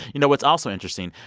you know what's also interesting?